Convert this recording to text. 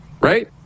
right